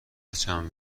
چند